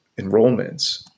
enrollments